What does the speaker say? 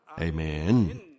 Amen